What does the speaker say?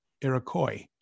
Iroquois